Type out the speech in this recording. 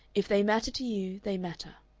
if they matter to you, they matter.